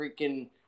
freaking